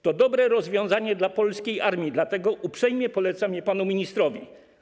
To dobre rozwiązanie dla polskiej armii, dlatego uprzejmie polecam je panu ministrowi.